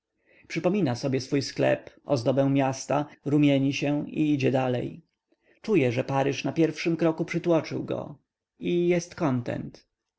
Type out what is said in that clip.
przypomina sobie swój sklep ozdobę miasta rumieni się i idzie dalej czuje że paryż na pierwszym kroku przytłoczył go i jest kontent